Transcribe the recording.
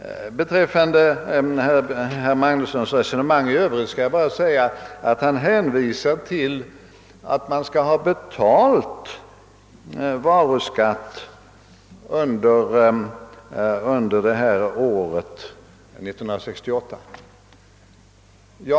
I sitt resonemang i övrigt framhöll herr Magnusson att någon skall ha betalt varuskatt, och det är ju väl bekant.